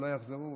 אולי יחזרו,